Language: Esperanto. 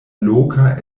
loka